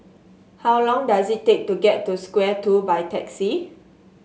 how long does it take to get to Square Two by taxi